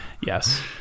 yes